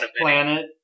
planet